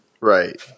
Right